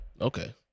Okay